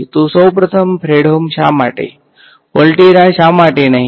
તો સૌ પ્રથમ ફ્રેડહોમ શા માટે વોલ્ટેરા શા માટે નહીં